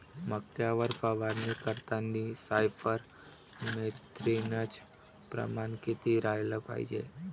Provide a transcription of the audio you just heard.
मक्यावर फवारनी करतांनी सायफर मेथ्रीनचं प्रमान किती रायलं पायजे?